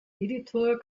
editor